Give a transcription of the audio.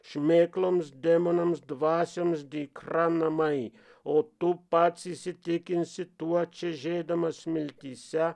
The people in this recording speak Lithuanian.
šmėkloms demonams dvasioms dykra namai o tu pats įsitikinsi tuo čežėdamas smiltyse